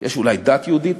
יש אולי דת יהודית.